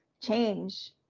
change